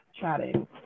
chatting